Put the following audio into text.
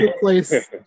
place